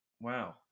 Wow